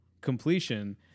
completion